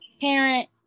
parent